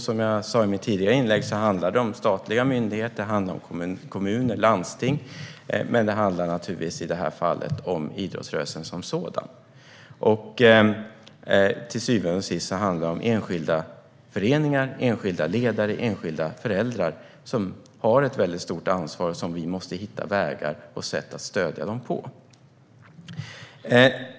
Som jag sa i mitt tidigare inlägg handlar det om statliga myndigheter, kommuner och landsting, men i detta fall handlar det om idrottsrörelsen som sådan. Till syvende och sist handlar det om enskilda föreningar, ledare och föräldrar, som har ett stort ansvar och som vi måste hitta vägar att stödja.